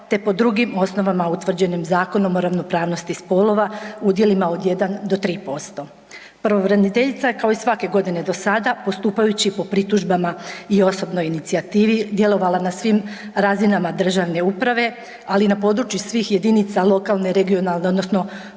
te po drugim osnovama utvrđenim zakonom o ravnopravnosti spolova udjelima od 1 do 3%. Pravobraniteljica je kao i svake godine do sada postupajući po pritužbama i osobnoj inicijativi djelovala na svim razinama državne uprave ali i na području svih jedinica lokalne, regionalne odnosno